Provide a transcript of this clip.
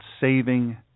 saving